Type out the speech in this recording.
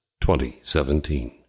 2017